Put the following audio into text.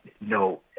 no